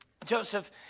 Joseph